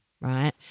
right